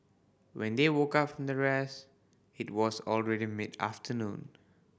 when they woke up from the rest it was already mid afternoon